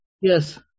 Yes